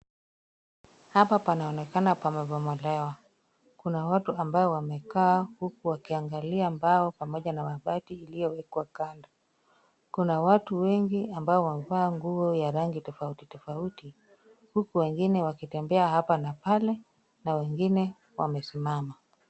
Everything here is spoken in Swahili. Hapa panaonekana pamebomolewa. Kuna watu ambao wamekaa huku wakiangalia mbao pamoja na mabati iliyowekwa kando. Kuna watu wengi ambao wamevaa nguo ya rangi tofauti tofauti, huku wengine wakitembea hapa na pale na wengine wamesimama.